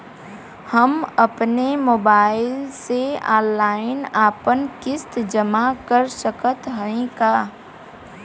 हम अपने मोबाइल से ऑनलाइन आपन किस्त जमा कर सकत हई का?